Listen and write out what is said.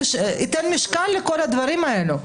שייתן משקל לכל הדברים האלה.